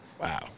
Wow